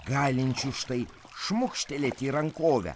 galinčių štai šmukštelėti į rankovę